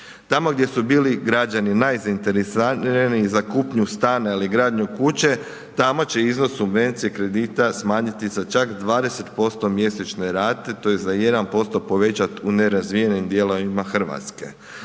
Tamo gdje su bili građani najzainteresiraniji za kupnju stana ili gradnju kuće tamo će iznos subvencije kredita smanjiti za čak 20% mjesečne rate, tj. za 1% povećat u nerazvijenim dijelovima Hrvatske.